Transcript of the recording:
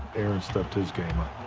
aaron stepped his game up.